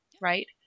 right